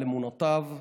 על אמונותיו,